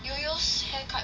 Yoyos haircut